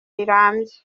rirambye